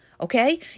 Okay